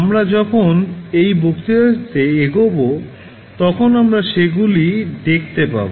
আমরা যখন এই বক্তৃতাটিতে এগব তখন আমরা সেগুলি দেখতে পাব